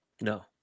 no